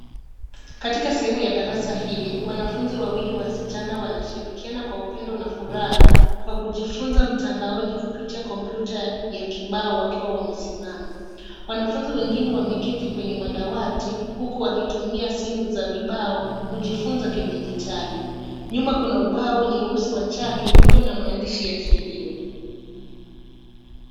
Katika sehemu la darasa hili, wanafunzi wawili wasichana wanashirikiana kwa upendo na furaha kwa kujifunza mtandaoni kupitia kompyuta ya kibao wakiwa wamesimama. Wanafunzi wengine wameketi kwenye madawati huku wakitumia simu za vibao kujifunza kidijitali. Nyuma kuna ubao nyeusi wa chaki ulio na maandishi ya kielimu.